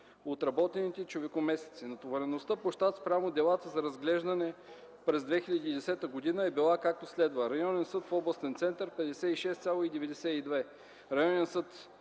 отработените човекомесеци. Натовареността по щат спрямо делата за разглеждане през 2010 г. е била както следва: районен съд в областен център – 56,92, районен съд